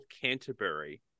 Canterbury